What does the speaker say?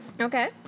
Okay